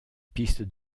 piste